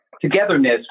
togetherness